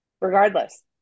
Regardless